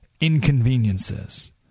inconveniences